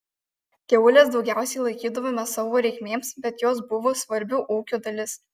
kiaules daugiausiai laikydavome savo reikmėms bet jos buvo svarbi ūkio dalis